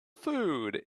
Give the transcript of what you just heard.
food